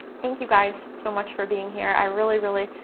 thank you guys so much for being here. i really, really,